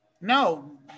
No